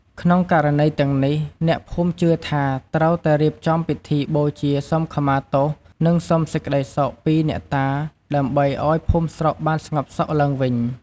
ក្នុងករណីទាំងនេះ អ្នកភូមិជឿថាត្រូវតែរៀបចំពិធីបូជាសុំខមាទោស និងសុំសេចក្តីសុខពីអ្នកតា ដើម្បីឲ្យភូមិស្រុកបានស្ងប់សុខឡើងវិញ។